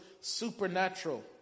supernatural